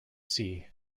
sea